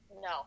no